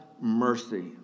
mercy